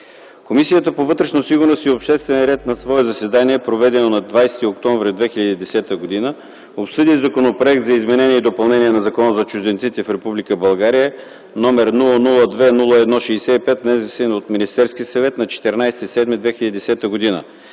Комисията по вътрешна сигурност и обществен ред на свое заседание, проведено на 20 октомври 2010 г., обсъди Законопроект за изменение и допълнение на Закона за чужденците в Република България, № 002-01-65, внесен от Министерския съвет на 14 юли 2010 г.